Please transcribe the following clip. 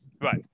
Right